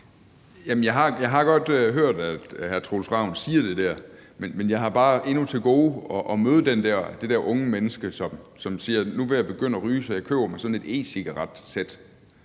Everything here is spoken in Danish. jeg har godt hørt, at hr. Troels Ravn siger det der, men jeg har bare endnu til gode at møde det der unge menneske, som siger: Nu vil jeg begynde at ryge, så jeg køber mig et e-cigaretsæt.